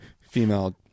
female